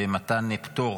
במתן פטור